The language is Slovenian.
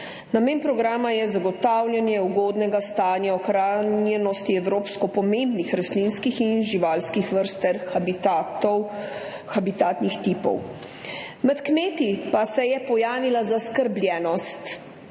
Namen programa je zagotavljanje ugodnega stanja ohranjenosti evropsko pomembnih rastlinskih in živalskih vrst ter habitatnih tipov. Med kmeti pa se je pojavila zaskrbljenost,